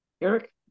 Eric